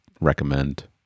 recommend